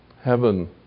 Heaven